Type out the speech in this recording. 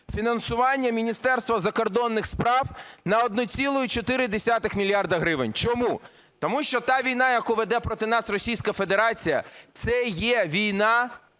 фінансування Міністерства закордонних справ на 1,4 мільярда гривень. Чому? Тому що та війна, яку веде проти нас Російська Федерація – це є війна